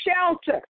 shelter